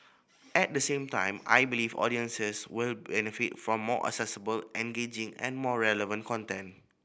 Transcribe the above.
at the same time I believe audiences will benefit from more accessible engaging and more relevant content